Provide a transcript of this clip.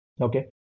Okay